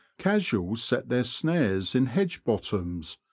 casuals set their snares in hedge-bottoms,